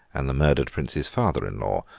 and the murdered prince's father-in-law,